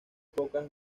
pocas